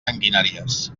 sanguinàries